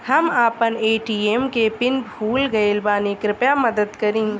हम आपन ए.टी.एम के पीन भूल गइल बानी कृपया मदद करी